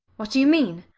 what do you mean?